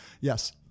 Yes